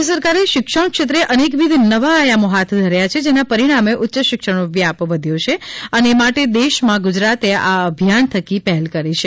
રાજય સરકારે શિક્ષણ ક્ષેત્રે અનેકવિધ નવા આયામો હાથ ધર્યા છે જેના પરિણામે ઉચ્ચ શિક્ષણનો વ્યાપ વધ્યો છે અને એ માટે દેશમાં ગુજરાતે આ અભિયાન થકી પહેલ કરી છે